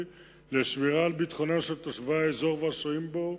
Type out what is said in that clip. לשמירה על ביטחונם של תושבי האזור והשוהים בו,